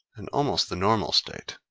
and almost the normal state.